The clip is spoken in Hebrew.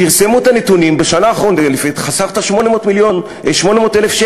פרסמו את הנתונים וחסכת 800,000 שקל.